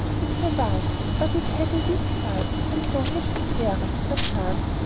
it survived, but it had a weak side, and so had its wearer, perchance,